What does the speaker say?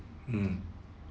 mm